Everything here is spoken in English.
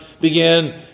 began